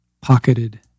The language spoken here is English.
pocketed